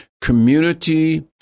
Community